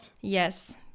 yes